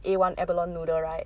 A one abalone noodle right